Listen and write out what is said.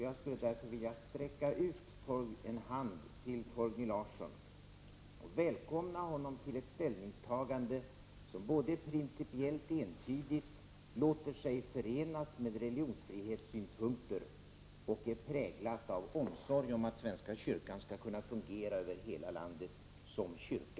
Jag skulle därför vilja sträcka ut en hand till Torgny Larsson och välkomna honom till ett ställningstagande som är principiellt entydigt, som låter sig förenas med religionsfrihetssynpunkter och som är präglat av omsorg om att svenska kyrkan skall kunna fungera över hela landet såsom kyrka.